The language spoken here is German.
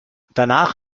danach